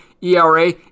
ERA